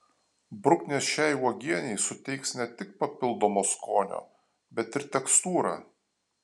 bruknės šiai uogienei suteiks ne tik papildomo skonio bet ir tekstūrą